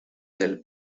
del